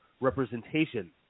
representation